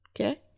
okay